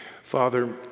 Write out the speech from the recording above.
Father